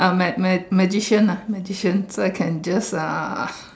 ah my my competition my competition that can just ah